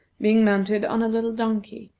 being mounted on a little donkey,